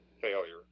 failure